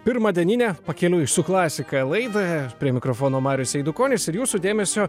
pirmą dieninę pakeliui su klasika laidą prie mikrofono marius eidukonis ir jūsų dėmesio